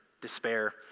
despair